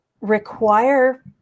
require